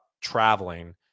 traveling